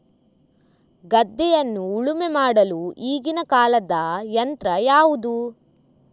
ಗದ್ದೆಯನ್ನು ಉಳುಮೆ ಮಾಡಲು ಈಗಿನ ಕಾಲದ ಯಂತ್ರ ಯಾವುದು?